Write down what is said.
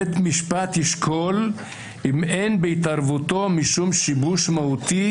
בית משפט ישקול אם אין בהתערבותו משום שיבוש מהותי